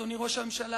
אדוני ראש הממשלה,